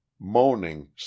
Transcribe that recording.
Moaning